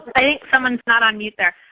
i think someone's not on mute there.